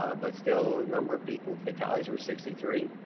ah but still a number of people, fatalities were sixty three.